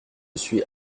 suis